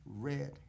red